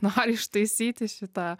noriu ištaisyti šitą